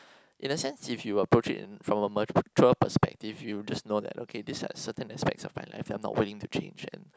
in a sense if you approach it from a mature perspective you just know that okay these are certain aspects of my life that I'm not willing to change yet